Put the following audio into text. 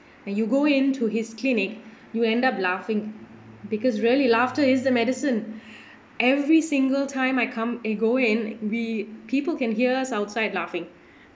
when you go in to his clinic you end up laughing because really laughter is the medicine every single time I come eh go in we people can hears us outside laughing